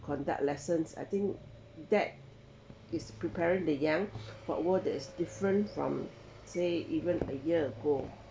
conduct lessons I think that is preparing the young for a world that is different from say even a year ago